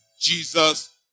Jesus